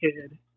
kid